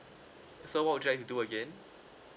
so what would you like to do again